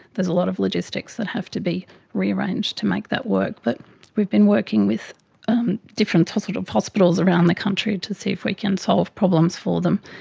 there's a lot of logistics that have to be rearranged to make that work. but we've been working with um different ah sort of hospitals around the country to see if we can solve problems for them,